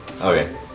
Okay